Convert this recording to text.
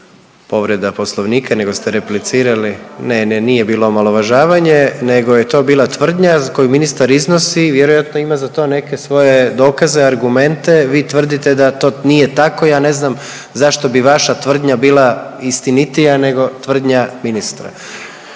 sa strane, ne čuje se./… Ne, ne nije bilo omalovažavanje, nego je to bila tvrdnja koju ministar iznosi i vjerojatno ima za to neke svoje dokaze, argumente. Vi tvrdite da to nije tako, ja ne znam zašto bi vaša tvrdnja bila istinitija nego tvrdnja ministra.